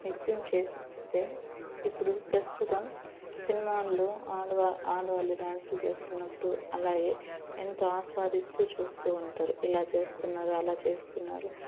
నృత్యం చేసేస్తే ఇప్పుడు ప్రస్తుతం సినిమాల్లో ఆడవాళ్ళు డాన్సులు చేస్తున్నప్పుడు అలాగే ఎంతో ఆస్వాదిస్తూ చూస్తూ ఉంటారు ఇలా చేస్తున్నారు అలా చేస్తున్నారు